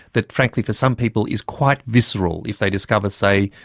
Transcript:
that frankly for some people is quite visceral, if they discover, say,